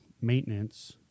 maintenance